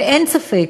ואין ספק